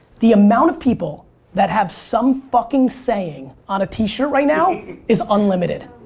the amount of people that have some fucking saying on a t-shirt right now is unlimited.